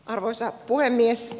arvoisa puhemies